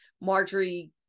Marjorie